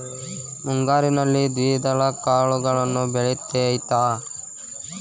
ಮುಂಗಾರಿನಲ್ಲಿ ದ್ವಿದಳ ಕಾಳುಗಳು ಬೆಳೆತೈತಾ?